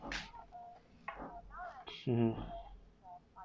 mmhmm